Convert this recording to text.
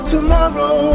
Tomorrow